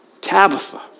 Tabitha